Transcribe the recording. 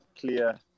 clear